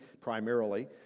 primarily